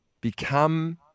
become